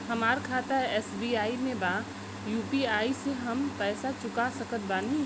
हमारा खाता एस.बी.आई में बा यू.पी.आई से हम पैसा चुका सकत बानी?